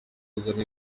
kuzana